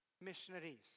missionaries